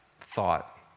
thought